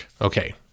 Okay